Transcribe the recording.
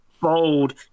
bold